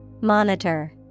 Monitor